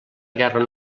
guerra